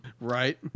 Right